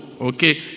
Okay